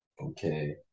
Okay